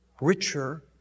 richer